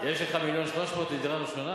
יש לך 1.3 מיליון לדירה ראשונה,